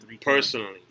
personally